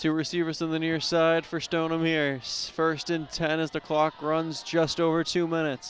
two receivers in the near side for stoneham here first in ten as the clock runs just over two minutes